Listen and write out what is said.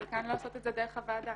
חלקן לא עושות את זה דרך הוועדה.